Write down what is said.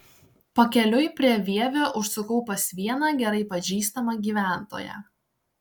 pakeliui prie vievio užsukau pas vieną gerai pažįstamą gyventoją